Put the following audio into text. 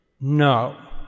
No